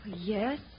Yes